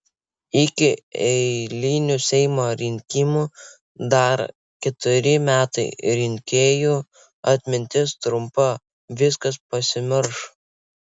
iki eilinių seimo rinkimų dar keturi metai rinkėjų atmintis trumpa viskas pasimirš